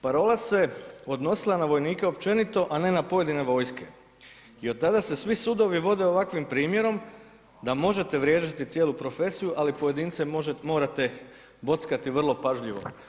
Parola se odnosila na vojnike općenito, a ne na pojedine vojske i od tada se svi sudovi vode ovakvim primjerom da možete vrijeđati cijelu profesiju ali pojedince morate bockati vrlo pažljivo.